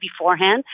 beforehand